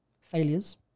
failures